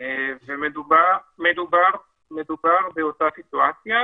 מדובר באותה סיטואציה.